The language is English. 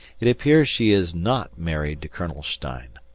it appears she is not married to colonel stein.